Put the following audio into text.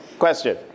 Question